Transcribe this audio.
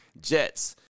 Jets